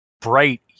bright